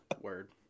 Word